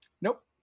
Nope